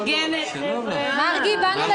שלום לכולם, אני